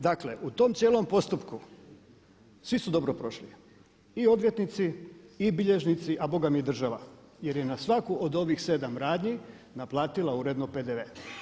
Dakle u tom cijelom postupku svi su dobro prošli, i odvjetnici, i bilježnici a bogami i država jer je na svaku od ovih 7 radnji naplatila uredno PDV.